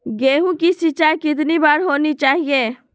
गेहु की सिंचाई कितनी बार होनी चाहिए?